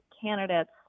candidates